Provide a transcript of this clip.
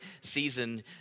season